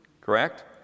Correct